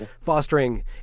fostering